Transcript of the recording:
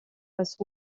passe